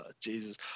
jesus